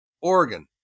Oregon